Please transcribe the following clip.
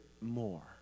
more